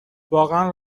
واقعا